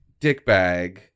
dickbag